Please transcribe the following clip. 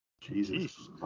Jesus